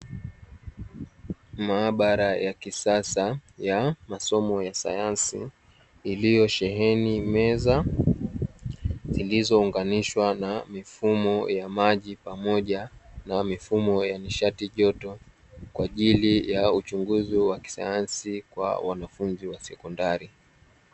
Maabara ya kisasa ya masomo ya sayansi, iliyosheheni meza zilizounganishwa na mifumo ya maji pamoja na mifumo ya nishati joto, kwa ajili ya uchunguzi wa kisayansi kwa wanafunzi wa sekondari.